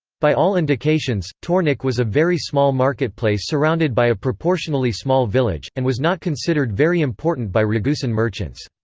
by all indications, tornik was a very small marketplace surrounded by a proportionally small village, and was not considered very important by ragusan merchants.